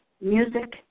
music